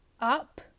up